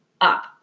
up